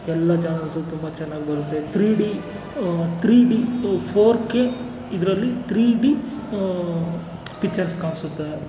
ಎಲ್ಲ ಚಾನೆಲ್ಸು ತುಂಬ ಚೆನ್ನಾಗಿ ಬರುತ್ತೆ ಥ್ರೀ ಡಿ ಕ್ರೀಡೆ ಫೋರ್ ಕೆ ಇದರಲ್ಲಿ ಥ್ರೀ ಡಿ ಪಿಕ್ಚರ್ಸ್ ಕಾಣಿಸುತ್ತೆ